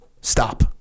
stop